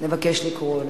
אבקש לקרוא לו.